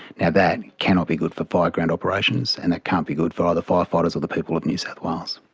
now, that cannot be good for fire ground operations and it can't be good for either fire fighters or the people of new south wales.